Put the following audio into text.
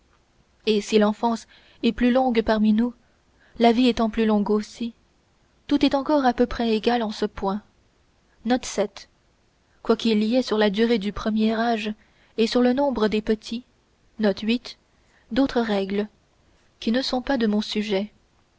et si l'enfance est plus longue parmi nous la vie étant plus longue aussi tout est encore à peu près égal en ce point quoiquil y ait sur la durée du premier âge et sur le nombre des petits dautres règles qui ne sont pas de mon sujet